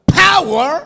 power